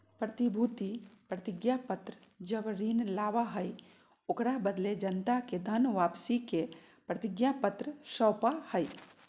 प्रतिभूति प्रतिज्ञापत्र जब ऋण लाबा हइ, ओकरा बदले जनता के धन वापसी के प्रतिज्ञापत्र सौपा हइ